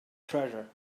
treasure